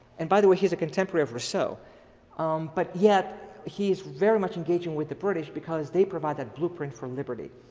and by the way, he's a contemporary of rosso, so um but yet he's very much engaging with the british because they provide that blueprint for liberty.